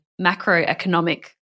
macroeconomic